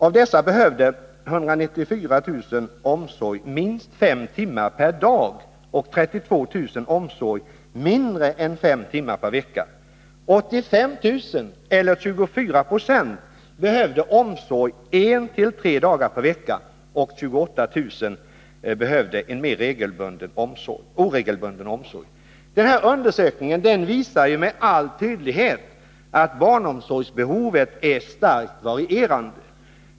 Av dem behövde 194 000 barnomsorg under minst fem timmar per dag och 32 000 omsorg mindre tid än fem timmar per dag, medan 85 000, eller 24 96, behövde omsorg en till tre dagar per vecka, och 28 000 behövde en mer oregelbunden omsorg. Denna undersökning visar med all tydlighet att barnomsorgsbehovet är starkt varierande.